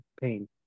pain